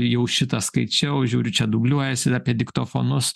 jau šitą skaičiau žiūriu čia dubliuojasi apie diktofonus